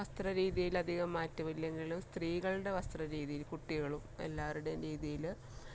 വസ്ത്രരീതീലധികം മാറ്റമില്ലെങ്കിലും സ്ത്രീകളുടെ വസ്ത്രരീതിയിൽ കുട്ടികളും എല്ലാവരുടെയും രീതിയിൽ